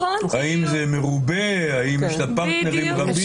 האם זה מרובה, האם יש לה פרטנרים רבים.